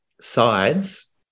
sides